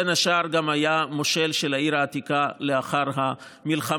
בין השאר היה גם מושל של העיר העתיקה לאחר המלחמה,